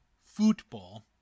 football